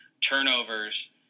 turnovers